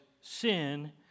sin